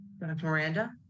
Miranda